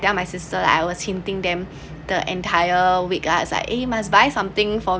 like I tell my sister I was hinting them the entire week uh is eh must buy something for